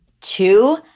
two